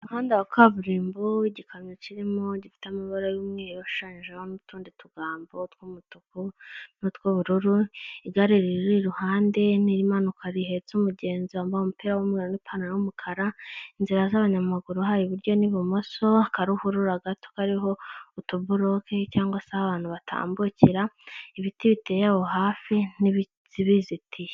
Umuhanda wa kaburimbo w'igikamyo kirimo gifite amabara y'umweru ashushanyijeho n'utundi tugambo tw'umutuku n'utw'ubururu, igare riri iruhande n'irimanuka rihetse umugenzi wambaye umupira w'umweru n'ipantaro y'umukara, inzira z'abanyamaguru ha iburyo n'ibumoso, akaruhurura gato kariho utuboroke cyangwa se aho abantu batambukira, ibiti biteye aho hafi n'ibibizitiye.